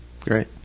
Great